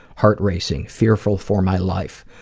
heart racing, fearful for my life,